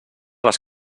les